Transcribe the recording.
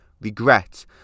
regret